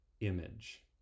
image